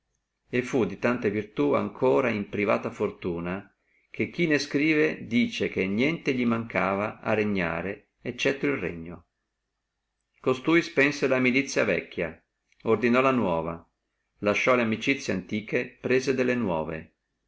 e fu di tanta virtù etiam in privata fortuna che chi ne scrive dice quod nihil illi deerat ad regnandum praeter regnum costui spense la milizia vecchia ordinò della nuova lasciò le amicizie antiche prese delle nuove